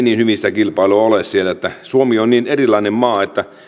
niin hyvin sitä kilpailua ole siellä suomi on niin erilainen maa että